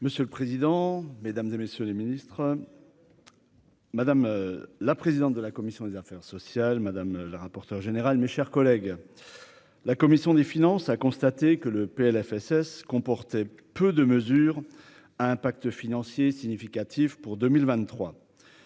Monsieur le président, Mesdames et messieurs les ministres, madame la présidente de la commission des affaires sociales, madame, le rapporteur général, mes chers collègues, la commission des finances, a constaté que le PLFSS comportait peu de mesures impact financier significatif pour 2023,